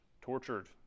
tortured